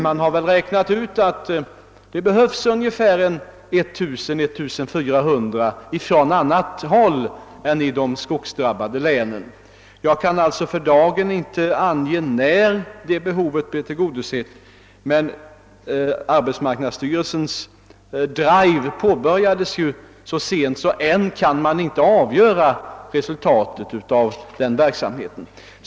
Man har räknat ut att det behövs 1 000—1 400 arbetare från annat håll än de skogsskadedrabbade länen. Jag kan alltså för dagen inte ange när detta behov blir tillgodosett, men arbetsmarknadsstyrelsens drive påbörjades ju så sent att man inte ännu kan bedöma resultatet av verksamheten.